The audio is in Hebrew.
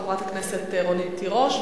חברת הכנסת רונית תירוש.